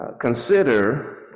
consider